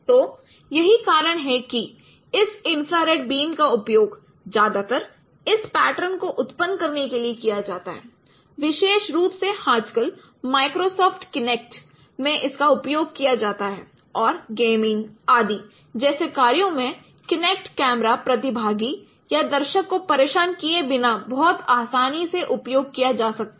तो यही कारण है कि इस इन्फ्रारेड बीम का उपयोग ज्यादातर इस पैटर्न को उत्पन्न करने के लिए किया जाता है विशेष रूप से आजकल माइक्रोसॉफ्ट किनेक्ट में इसका उपयोग किया जाता है और गेमिंग आदि जैसे कार्यों में किनेक्ट कैमरा प्रतिभागी या दर्शक को परेशान किए बिना बहुत आसानी से उपयोग किया जा सकता है